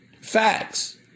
Facts